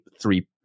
three